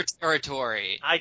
territory